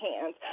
hands